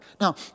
Now